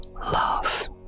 love